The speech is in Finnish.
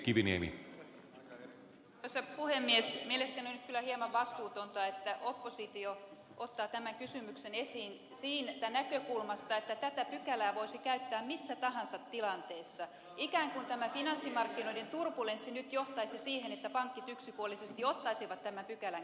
mielestäni nyt kyllä on hieman vastuutonta että oppositio ottaa tämän kysymyksen esiin siitä näkökulmasta että tätä pykälää voisi käyttää missä tahansa tilanteessa ikään kuin tämä finanssimarkkinoiden turbulenssi nyt johtaisi siihen että pankit yksipuolisesti ottaisivat tämän pykälän käyttöön